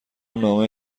نامه